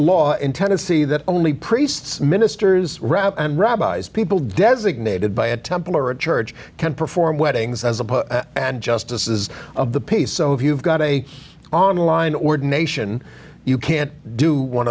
law in tennessee that only priests ministers rabbi and rabbis people designated by a temple or a church can perform weddings as a poet and justices of the peace so if you've got a on line ordination you can't do one